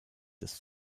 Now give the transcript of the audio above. ist